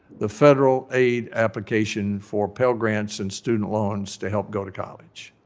the federal aid application for pell grants and student loans to help go to college.